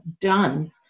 done